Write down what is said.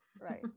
Right